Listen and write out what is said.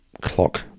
clock